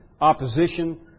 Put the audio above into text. opposition